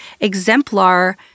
exemplar